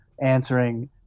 answering